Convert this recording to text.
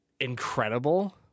incredible